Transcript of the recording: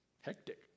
hectic